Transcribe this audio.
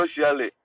socially